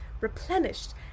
replenished